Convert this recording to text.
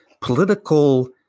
political